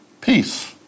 peace